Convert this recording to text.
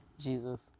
Jesus